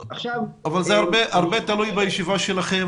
אבל הרבה תלוי בישיבה שלכם,